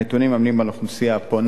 הנתונים על האוכלוסייה הפונה